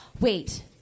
Wait